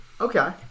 Okay